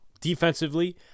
defensively